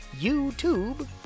YouTube